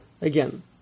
again